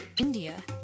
India